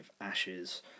Ashes